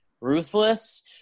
ruthless